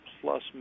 plus